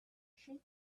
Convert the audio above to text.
she